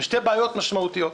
שתי בעיות משמעותיות.